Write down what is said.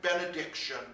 benediction